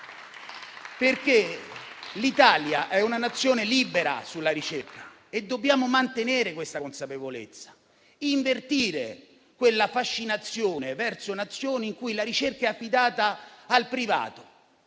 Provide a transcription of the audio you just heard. L'Italia è una Nazione libera sulla ricerca: dobbiamo mantenere questa consapevolezza e invertire quella fascinazione verso Nazioni in cui la ricerca è affidata al privato.